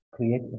create